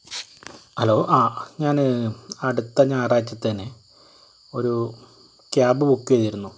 hello അ ഞാൻ അടുത്ത ഞായറാഴ്ചത്തേന് ഒരു ക്യാബ് ബുക്ക് ചെയ്തിരുന്നു